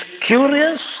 curious